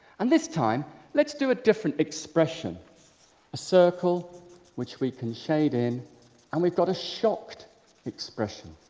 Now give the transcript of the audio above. and this time let's do a different expression a circle which we can shade in and we've got a shocked expression.